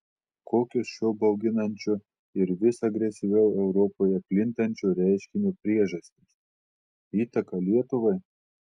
kokios šio bauginančio ir vis agresyviau europoje plintančio reiškinio priežastys įtaka lietuvai